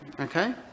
okay